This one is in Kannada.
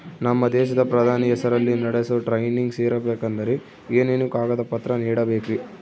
ನಮ್ಮ ದೇಶದ ಪ್ರಧಾನಿ ಹೆಸರಲ್ಲಿ ನಡೆಸೋ ಟ್ರೈನಿಂಗ್ ಸೇರಬೇಕಂದರೆ ಏನೇನು ಕಾಗದ ಪತ್ರ ನೇಡಬೇಕ್ರಿ?